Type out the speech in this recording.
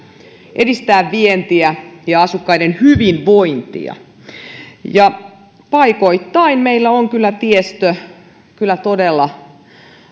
edistää vientiä ja asukkaiden hyvinvointia paikoittain meillä on kyllä tiestö todella